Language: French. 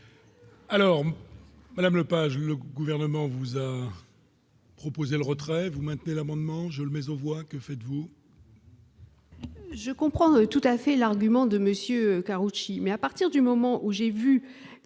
Alors, Madame Lepage le gouvernement vous a. Proposé le retrait, vous maintenez l'amendement je mais on voit que faites-vous.